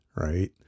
right